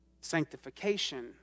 sanctification